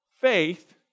faith